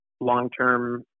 long-term